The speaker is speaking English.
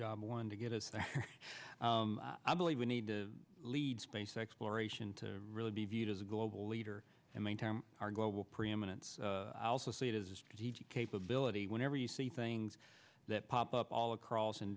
one to get it i believe we need to lead space exploration to really be viewed as a global leader and meantime our global preeminence i also see it as a strategic capability whenever you see things that pop up all across